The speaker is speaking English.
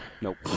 Nope